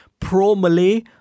pro-Malay